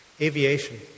Aviation